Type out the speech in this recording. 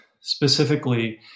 specifically